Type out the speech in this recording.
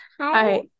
Hi